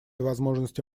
возможности